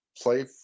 play